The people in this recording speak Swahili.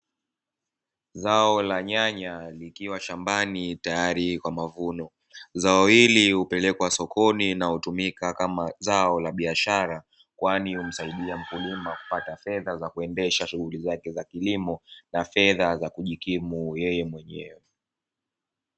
Zao la nyanya likiwa shambani tayari kwa mavuno. Zao hili hupelekwa sokoni na hutumika kama zao la biashara, kwani humsaidia mkulima kupata fedha za kuendesha shughuli zake za kilimo; na fedha za kujikimu yeye mwenyewe.